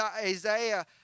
Isaiah